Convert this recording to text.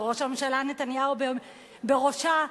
וראש הממשלה נתניהו בראשה,